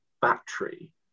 battery